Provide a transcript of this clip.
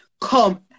Come